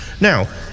Now